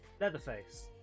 Leatherface